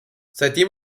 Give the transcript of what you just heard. seitdem